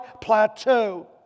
plateau